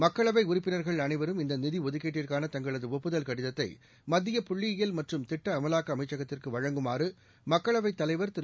மக்களவை உறுப்பினர்கள் அனைவரும் இந்த நிதி ஒதுக்கீட்டிற்கான தங்களது ஒப்புதல் கடிதத்தை மத்திய புள்ளியியல் மற்றும் திட்ட அமலாக்க அமைச்சகத்திற்கு வழங்குமாறு மக்களவைத் தலைவா் திரு